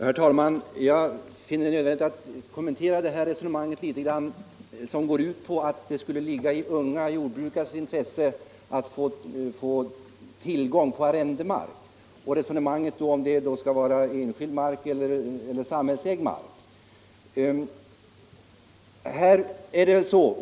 Herr talman! Jag finner det nödvändigt att kommentera det resonemang som går ut på att det skulle ligga i unga jordbrukares intresse att få tillgång till arrendemark och om det bör vara enskild mark eller samhällsägd mark.